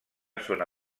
zona